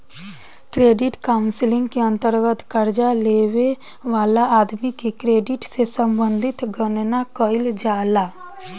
credit counselling के अंतर्गत कर्जा लेबे वाला आदमी के क्रेडिट से संबंधित गणना कईल जाला